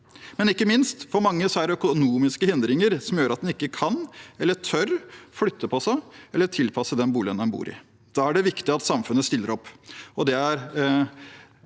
det ikke minst økonomiske hindringer som gjør at en ikke kan eller tør å flytte på seg eller tilpasse den boligen en bor i. Da er det viktig at samfunnet stiller opp,